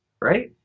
Right